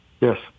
yes